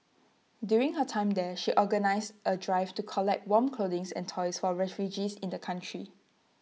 during her time there she organised A drive to collect warm clothing and toys for refugees in the country